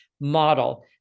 model